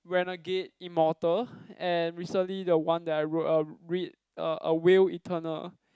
when a gate immortal and recently the one that I wrote out read a a will eternal